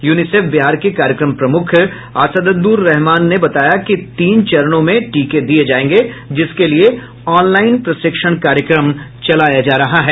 UNICEF Bihar के कार्यक्रम प्रमुख असद्दूर रहमान ने बताया कि तीन चरणों में टीके दिये जायेंगे जिसके लिये ऑनलाईन प्रशिक्षण कार्यक्रम चलाया जा रहा है